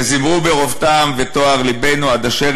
// וזימרו ברוב טעם / "וטוהר לבנו", עד אשר...